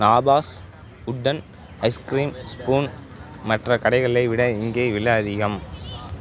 நாபாஸ் wooden ice cream spoon மற்ற கடைகளை விட இங்கே விலை அதிகம்